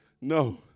No